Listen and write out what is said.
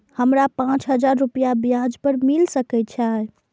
हमरा पाँच हजार रुपया ब्याज पर मिल सके छे?